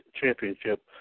Championship